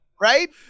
right